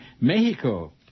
Mexico